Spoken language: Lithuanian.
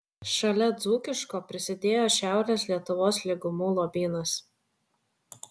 šalia dzūkiško prisidėjo šiaurės lietuvos lygumų lobynas